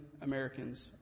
Americans